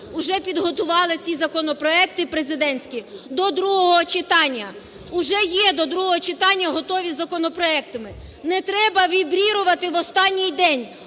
уже підготували ці законопроекти президентські до другого читання. Уже є до другого читання готові законопроекти. Не треба вібрирувати в останній день,